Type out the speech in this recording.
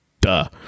Duh